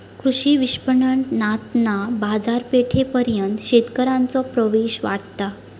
कृषी विपणणातना बाजारपेठेपर्यंत शेतकऱ्यांचो प्रवेश वाढता